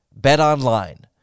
BetOnline